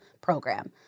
program